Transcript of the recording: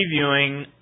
previewing